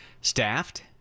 staffed